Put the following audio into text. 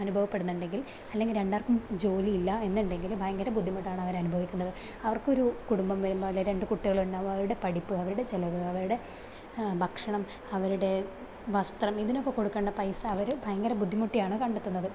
അനുഭവപ്പെടുന്നുണ്ടെങ്കിൽ അല്ലെങ്കിൽ രണ്ടാൾക്കും ജോലി ഇല്ല എന്നുണ്ടെങ്കില് ഭയങ്കര ബുദ്ധിമുട്ടാണ് അവരനുഭവിക്കുന്നത് അവർക്കൊരു കുടുംബം വരുമ്പോൾ അല്ലെങ്കിൽ രണ്ടു കുട്ടികൾ ഉണ്ടാകുമ്പോൾ അവരുടെ പഠിപ്പ് അവരുടെ ചെലവ് അവരുടെ ഭക്ഷണം അവരുടെ വസ്ത്രം ഇതിനൊക്കെ കൊടുക്കണ്ട പൈസ അവര് ഭയങ്കര ബുദ്ധിമുട്ടിയാണ് കണ്ടെത്തുന്നത്